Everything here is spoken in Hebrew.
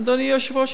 אדוני היושב-ראש,